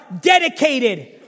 dedicated